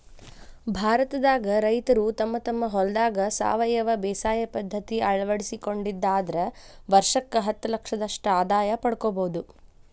ಭಾರತದಾಗ ರೈತರು ತಮ್ಮ ತಮ್ಮ ಹೊಲದಾಗ ಸಾವಯವ ಬೇಸಾಯ ಪದ್ಧತಿ ಅಳವಡಿಸಿಕೊಂಡಿದ್ದ ಆದ್ರ ವರ್ಷಕ್ಕ ಹತ್ತಲಕ್ಷದಷ್ಟ ಆದಾಯ ಪಡ್ಕೋಬೋದು